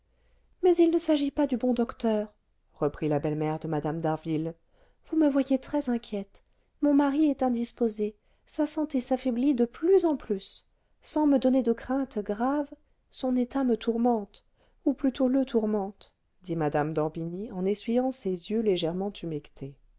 mais il ne s'agit pas du bon docteur reprit la belle-mère de mme d'harville vous me voyez très inquiète mon mari est indisposé sa santé s'affaiblit de plus en plus sans me donner de craintes graves son état me tourmente ou plutôt le tourmente dit mme d'orbigny en essuyant ses yeux légèrement humectés